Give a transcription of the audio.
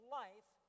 life